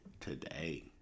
today